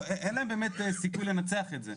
אין להם סיכוי באמת לנצח את זה.